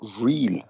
real